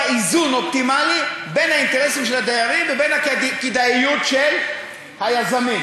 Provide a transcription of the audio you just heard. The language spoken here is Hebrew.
איזון אופטימלי בין האינטרסים של הדיירים לבין הכדאיות של היזמים.